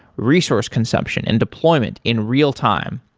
resource consumption and deployment in real-time.